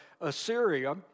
Assyria